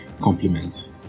compliments